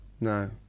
no